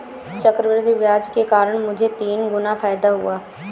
चक्रवृद्धि ब्याज के कारण मुझे तीन गुना फायदा हुआ